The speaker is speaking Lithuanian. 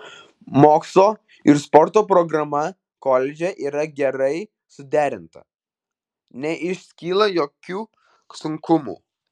mokslo ir sporto programa koledže yra gerai suderinta neiškyla jokių sunkumų